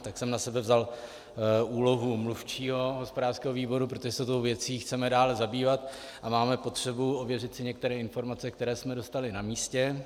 Tak jsem na sebe vzal úlohu mluvčího hospodářského výboru, protože se tou věcí chceme dále zabývat a máme potřebu ověřit si některé informace, které jsme dostali na místě.